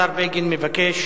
השר בגין מבקש